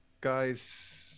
guy's